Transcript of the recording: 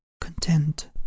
Content